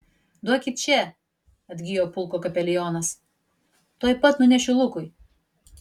duokit čia atgijo pulko kapelionas tuoj pat nunešiu lukui